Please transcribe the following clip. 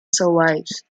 survives